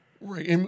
Right